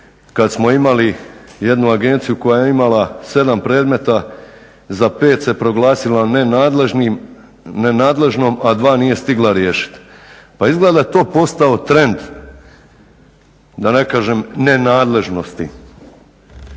kad smo imali jednu agenciju koja je imala 7 predmeta, za 5 se proglasila nenadležnom, a 2 nije stigla riješiti. Pa izgleda je to postao trend da ne kažem nenadležnosti.